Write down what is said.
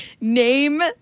Name